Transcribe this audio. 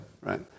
right